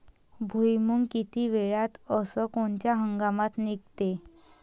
भुईमुंग किती वेळात अस कोनच्या हंगामात निगते?